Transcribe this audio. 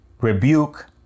rebuke